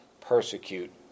persecute